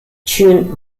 tuned